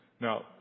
Now